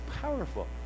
powerful